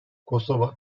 kosova